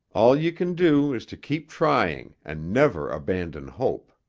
all you can do is to keep trying and never abandon hope.